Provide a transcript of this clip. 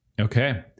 Okay